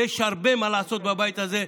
ויש הרבה מה לעשות בבית הזה.